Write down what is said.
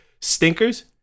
stinkers